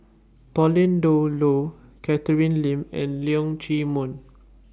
Pauline Dawn Loh Catherine Lim and Leong Chee Mun